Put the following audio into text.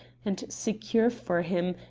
and secure for him,